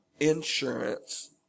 insurance